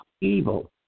evil